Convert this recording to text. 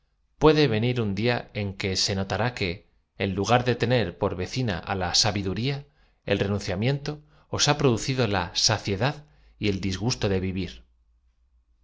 puede ven ir un dia en que se notará que en lugar de tener por veci na á la sabiduría el renunciamiento os h a producido la sadsdad y el disgusto de vivir